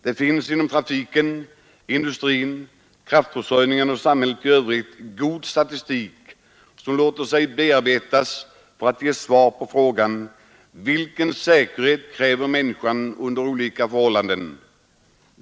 Det finns inom trafiken, industrin, kraftförsörjningen och samhället i övrigt god statistik som låter sig bearbetas för att ge svar på frågan: Vilken säkerhet kräver människan under olika förhållanden?